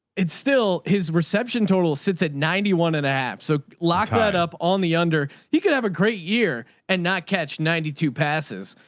it's still his reception, total sits at ninety one and a half. so lock ah that up on the under. he could have a great year and not catch ninety two passes.